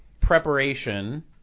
preparation